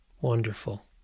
Wonderful